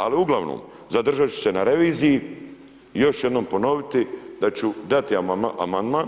Ali uglavnom, zadržat ću se na reviziji i još jednom ponoviti da ću dati amandman